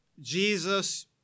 Jesus